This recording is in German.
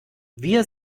wir